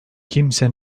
kimse